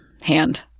hand